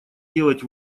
делать